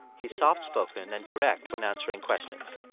he's soft-spoken and direct when answering questions.